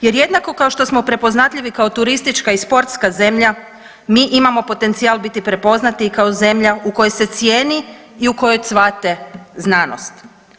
Jer jednako kao što smo prepoznatljivi kao turistička i sportska zemlja mi imamo potencijal biti prepoznati i kao zemlja u kojoj se cijeni i u kojoj cvate znanost.